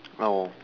oh